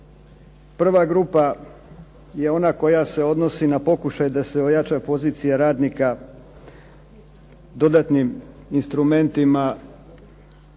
Prva grupa je ona koja se odnosi na pokušaj da se ojača pozicija radnika dodatnim instrumentima